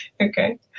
Okay